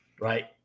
Right